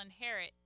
inherit